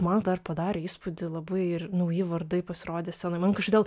man dar padarė įspūdį labai ir nauji vardai pasirodę scenoj dėl